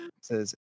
says